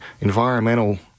environmental